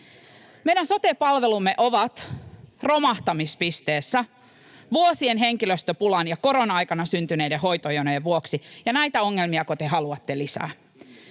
sote-palvelumme ovat romahtamispisteessä vuosien henkilöstöpulan ja korona-aikana syntyneiden hoitojonojen vuoksi. Näitä ongelmiako te haluatte lisää?